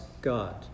God